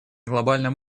глобальном